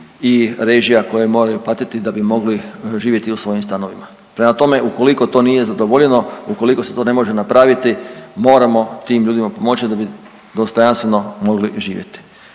i režija koje moraju platiti da bi mogli živjeti u svojim stanovima. Prema tome, ukoliko to nije zadovoljeno, ukoliko se to ne može napraviti, moramo tim ljudima pomoći da bi dostojanstveno mogli živjeti.